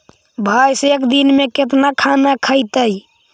भैंस एक दिन में केतना खाना खैतई?